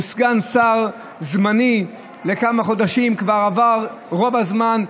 הוא סגן שר זמני לכמה חודשים, כבר עבר רוב הזמן.